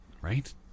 Right